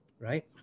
right